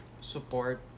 support